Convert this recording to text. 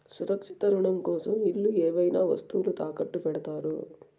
సురక్షిత రుణం కోసం ఇల్లు ఏవైనా వస్తువులు తాకట్టు పెడతారు